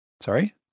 Sorry